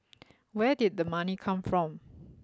where did the money come from